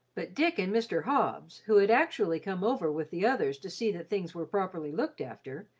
but dick and mr. hobbs, who had actually come over with the others to see that things were properly looked after,